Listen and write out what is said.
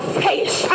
face